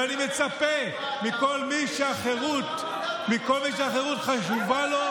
ואני מצפה מכל מי שהחירות חשובה לו,